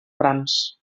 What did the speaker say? grans